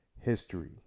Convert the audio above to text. history